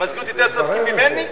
המזכירות יותר צודקים ממני?